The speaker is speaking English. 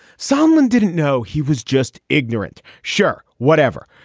someone didn't know he was just ignorant. sure. whatever.